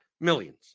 millions